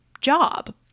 job